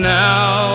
now